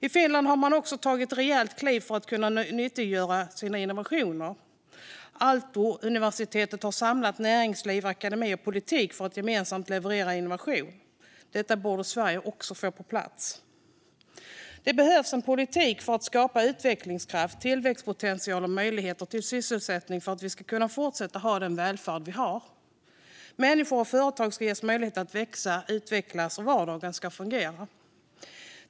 I Finland har man också tagit ett rejält kliv för att nyttiggöra sina innovationer. Aalto-universitetet har samlat näringsliv, akademi och politik för att gemensamt leverera innovation. Detta borde Sverige också få på plats. Det behövs en politik för att skapa utvecklingskraft, tillväxtpotential och möjligheter till sysselsättning för att vi ska kunna fortsätta att ha den välfärd vi har. Människor och företag ska ges möjlighet att växa och utvecklas, och vardagen ska fungera.